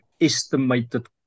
estimated